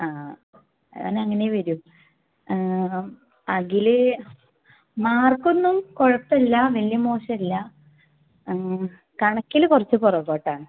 ആ ഇവനങ്ങനേ വരൂ അഖില് മാർക്കൊന്നും കുഴപ്പമില്ല ആ വലിയ മോശം ഇല്ല ആ കണക്കില് കുറച്ച് പുറകോട്ടാണ്